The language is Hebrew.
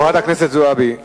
חברת הכנסת זועבי,